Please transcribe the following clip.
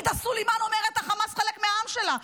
עאידה סלימאן אומרת: החמאס חלק מהעם שלה.